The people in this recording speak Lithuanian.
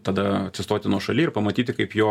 tada atsistoti nuošaly ir pamatyti kaip jo